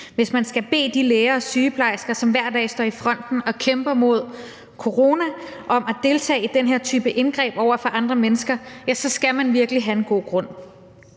Hvis man skal bede de læger og sygeplejersker, som hver dag står i fronten og kæmper mod corona, om at deltage i den her type indgreb over for andre mennesker, så skal man virkelig have en god grund.